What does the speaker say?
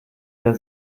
der